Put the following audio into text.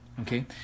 okay